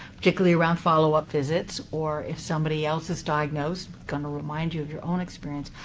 particularly around follow-up visits or if somebody else is diagnosed. going to remind you of your own experience.